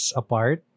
apart